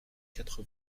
quatre